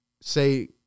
say